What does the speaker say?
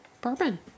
bourbon